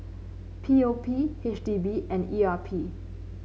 P O P H D B and E R P